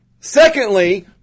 Secondly